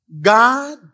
God